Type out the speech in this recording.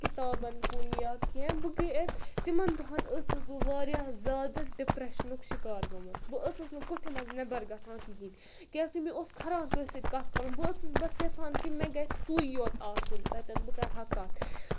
کِتابَن کُن یا کینٛہہ بہٕ گٔیَس اَسہِ تِمَن دۄہَن ٲسٕس بہٕ واریاہ زیادٕ ڈِپریشنُک شِکار گٔمٕژ بہٕ ٲسٕس نہٕ کٹھؠن منٛز نؠبَر گژھان کِہیٖنۍ کیازکہِ مےٚ اوس خَران کٲنٛسہِ سۭتۍ کَتھ کَرُن بہٕ ٲسٕس بَس یَژھان کہِ مےٚ گژھِ سُے یوت آسُن تَتؠن بہٕ کَرٕ ہا کَتھ